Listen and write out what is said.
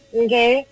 okay